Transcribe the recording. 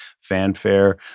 fanfare